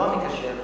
לא המקשר,